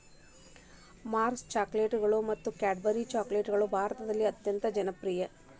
Mars ಚಾಕೊಲೇಟ್ಗಳು ಮತ್ತು Cadbury ಚಾಕೊಲೇಟ್ಗಳು ಭಾರತದಲ್ಲಿ ಅತ್ಯಂತ ಜನಪ್ರಿಯ